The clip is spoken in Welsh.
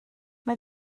mae